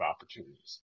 opportunities